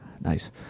Nice